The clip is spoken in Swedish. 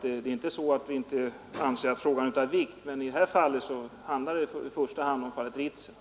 Vi anser inte att frågan saknar vikt, men i detta fall handlar det i första hand om Ritsem.